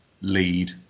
lead